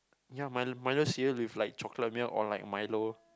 ya mil~ milo cereal with like chocolate milk or like milo